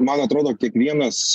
man atrodo kiekvienas